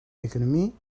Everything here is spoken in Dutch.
economie